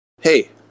Hey